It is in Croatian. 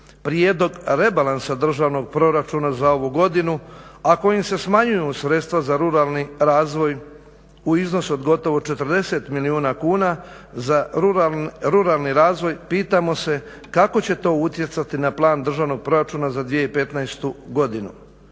prijedlog rebalansa državnog proračuna za ovu godinu, a kojim se smanjuju sredstva za ruralni razvoj u iznosu od gotovo 40 milijuna kuna za ruralni razvoj pitamo se kako će to utjecati na plan državnog proračuna za 2015.godinu?